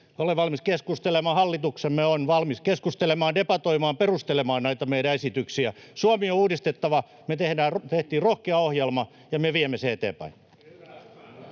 Olen valmis keskustelemaan. Hallituksemme on valmis keskustelemaan, debatoimaan, perustelemaan näitä meidän esityksiämme. Suomi on uudistettava. Me tehtiin rohkea ohjelma ja viemme sen eteenpäin.